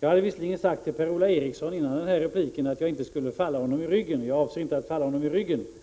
Jag hade visserligen sagt till Per-Ola Eriksson före den här repliken att jag inte skulle falla honom i ryggen, och jag avser inte heller att göra det.